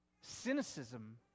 cynicism